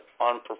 on